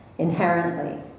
Inherently